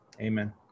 Amen